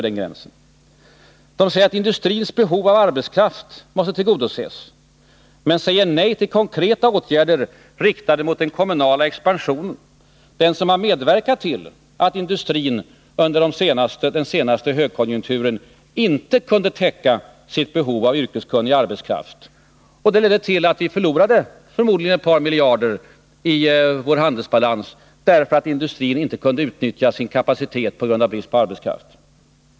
De säger att industrins behov av arbetskraft måste tillgodoses men säger nej till konkreta åtgärder riktade mot den kommunala expansion som medverkat till att industrin under den senaste högkonjunkturen inte kunde täcka sitt behov av yrkeskunnig arbetskraft. Det ledde till att vi förmodligen förlorade ett par miljarder i vår handelsbalans, därför att industrin inte kunde utnyttja sin kapacitet på grund av brist på arbetskraft.